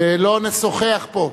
ולא נשוחח פה.